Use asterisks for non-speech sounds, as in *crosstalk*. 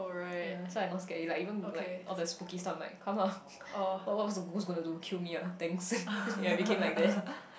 ya so I not scared already like even like all the spooky stuff I'm like come lah *laughs* what what's the ghost gonna do kill me ah thanks *laughs* and I became like them